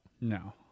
No